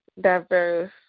diverse